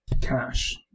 cash